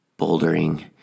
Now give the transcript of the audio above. bouldering